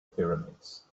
pyramids